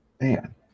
Man